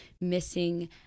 missing